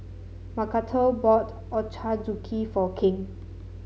Macarthur bought Ochazuke for King